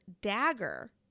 dagger